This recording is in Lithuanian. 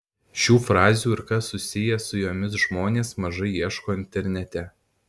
šių frazių ir kas susiję su jomis žmonės mažai ieško internete